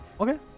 Okay